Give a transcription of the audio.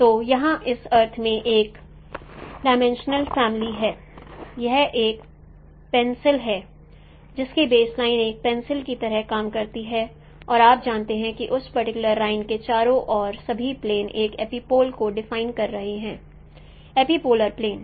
तो यह इस अर्थ में एक डिमिंशनल फैमिली है यह एक पेंसिल है जिसकी बेस लाइन एक पेंसिल की तरह काम कर रही है और आप जानते हैं कि उस पर्टिकुलर लाइन के चारों ओर सभी प्लेन एक एपिपोल को डिफाइन कर रहे हैं एपिपोलर प्लेन